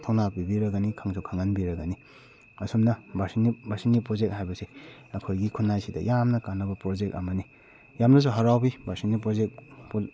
ꯊꯧꯅꯥ ꯄꯤꯕꯤꯔꯒꯅꯤ ꯈꯪꯁꯨ ꯈꯪꯍꯟꯕꯤꯔꯒꯅꯤ ꯑꯁꯨꯝꯅ ꯕꯥꯔꯁꯤꯅꯤ ꯕꯥꯔꯁꯤꯅꯤꯛ ꯄ꯭ꯔꯣꯖꯦꯛ ꯍꯥꯏꯕꯁꯦ ꯑꯩꯈꯣꯏꯒꯤ ꯈꯨꯟꯅꯥꯏꯁꯤꯗ ꯌꯥꯝꯅ ꯀꯥꯟꯅꯕ ꯄ꯭ꯔꯣꯖꯦꯛ ꯑꯃꯅꯤ ꯌꯥꯝꯅꯁꯨ ꯍꯔꯥꯎꯏ ꯕꯥꯔꯁꯤꯅꯤ ꯄ꯭ꯔꯣꯖꯦꯛ